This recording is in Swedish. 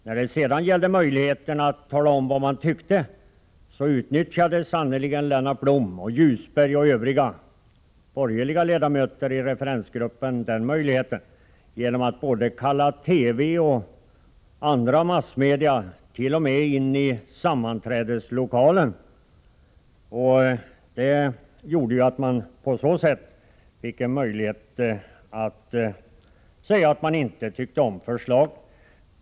När det sedan gällde möjligheterna att tala om vad man tyckte utnyttjade sannerligen Lennart Blom, Ljusberg och övriga borgerliga ledamöter i referensgruppen den möjligheten genom att kalla både TV och andra massmedia t.o.m. in i sammanträdeslokalen. På så sätt fick man möjlighet att tala om att man inte tyckte om förslagen.